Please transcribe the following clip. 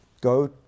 go